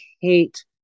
hate